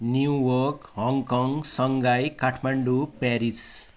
New York Hong Kong Shanghai Kathmandu Paris